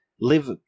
live